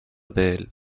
del